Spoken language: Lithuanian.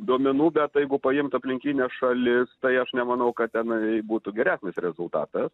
duomenų bet jeigu paimt aplinkines šalis tai aš nemanau kad tenai būtų geresnis rezultatas